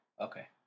Okay